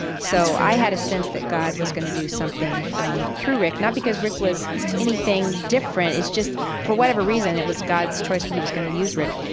so i had a sense that god was going to do something um through rick, not because rick was anything different, it's just for whatever reason, it was god's choice that but he was going to use rick.